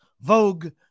Vogue